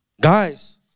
Guys